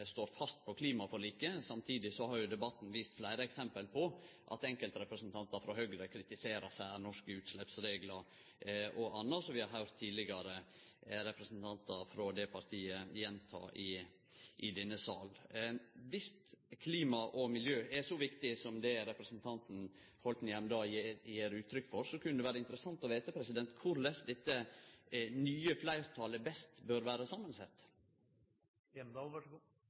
dei står fast på klimaforliket. Samtidig har debatten vist fleire eksempel på at enkeltrepresentantar frå Høgre kritiserer særnorske utsleppsreglar og anna – som vi har høyrt tidlegare representantar frå det partiet gjenta i denne salen. Dersom klima og miljø er så viktig som det representanten Hjemdal gjev uttrykk for, kunne det vere interessant å vite korleis dette nye fleirtalet best bør vere